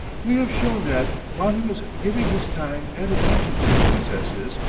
we have shown that, while he was giving his time and attention to the princesses,